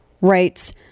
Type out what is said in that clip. writes